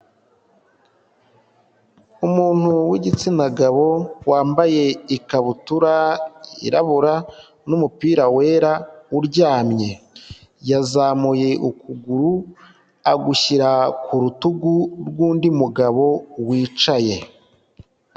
Umuntu w'igitsina gabo wambaye ikabutura yirabura n'umupira wera uryamye, yazamuye ukuguru agushyira ku rutugu rw'undi mugabo wicaye.